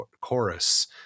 chorus